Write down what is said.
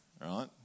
right